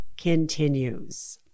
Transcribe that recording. continues